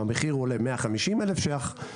אם המחיר עולה 150 אלף ש"ח,